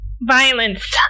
Violence